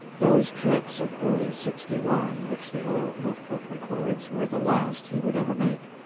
those trips of early sixty one, which the old note-book records, were the last he would ever make.